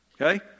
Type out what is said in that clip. Okay